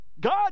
God